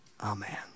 Amen